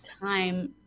time